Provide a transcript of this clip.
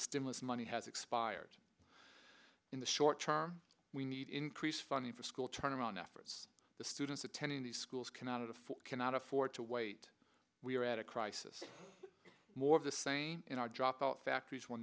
the stimulus money has expired in the short term we need increase funding for school turnaround efforts the students attending these schools cannot afford cannot afford to wait we are at a crisis more of the same in our dropout factories will